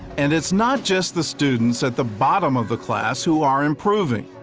and it is not just the students at the bottom of the class who are improving.